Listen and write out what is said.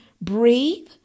breathe